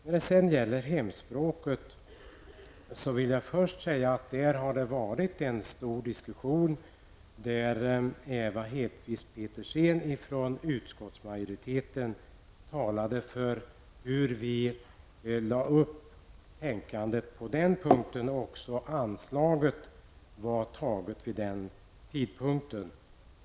När det gäller hemspråket vill jag först säga att det där har förts en stor diskussion, där Ewa Hedkvist Petersen från utskottsmajoriteten talat om hur vi tänkt på den punkten. Också beslutet om anslaget var fattat vid den tidpunkten.